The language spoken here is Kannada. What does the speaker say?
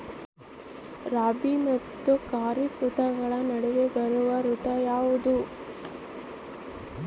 ರಾಬಿ ಮತ್ತು ಖಾರೇಫ್ ಋತುಗಳ ನಡುವೆ ಬರುವ ಋತು ಯಾವುದು?